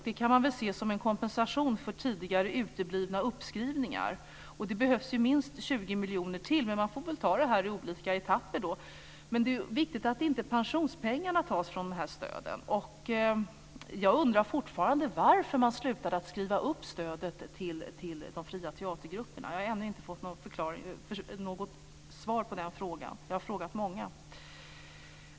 Det kan man väl se som en kompensation för tidigare uteblivna uppskrivningar. Det behövs minst 20 miljoner till, men man får väl ta det här i olika etapper. Men det är viktigt att inte pensionspengarna tas från de här stöden. Jag undrar fortfarande varför man slutade att skriva upp stödet till de fria teatergrupperna. Jag har ännu inte fått något svar på den frågan, och jag har frågat många.